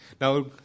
Now